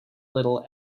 little